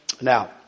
Now